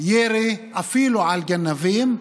ירי אפילו על גנבים,